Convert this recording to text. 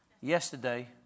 yesterday